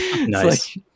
nice